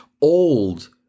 Old